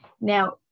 Now